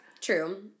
True